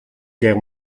guerre